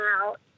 out